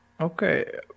Okay